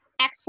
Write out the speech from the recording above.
action